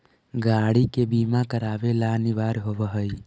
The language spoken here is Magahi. गाड़ि के बीमा करावे ला अनिवार्य होवऽ हई